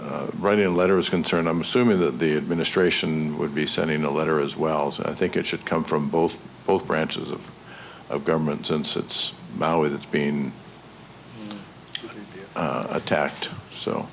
as writing a letter is concerned i'm assuming that the administration would be sending a letter as well as i think it should come from both both branches of government since it's bauer that's being attacked so